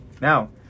Now